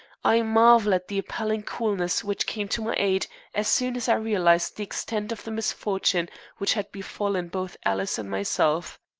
i marvel at the appalling coolness which came to my aid as soon as i realized the extent of the misfortune which had befallen both alice and myself.